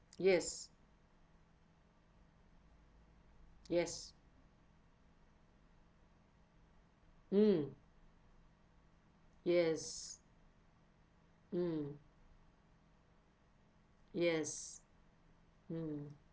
yes yes mm yes mm yes mm